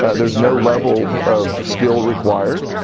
there is no level of skill required.